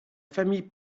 famille